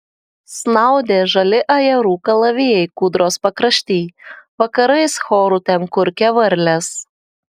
snaudė žali ajerų kalavijai kūdros pakrašty vakarais choru ten kurkė varlės